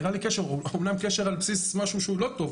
אומנם קשר על בסיס לא טוב,